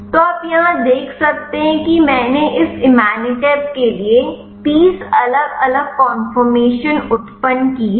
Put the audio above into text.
तो आप यहां देख सकते हैं कि मैंने इस इमातिनब के लिए 30 अलग अलग कन्फर्मेशन उत्पन्न की हैं